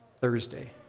Thursday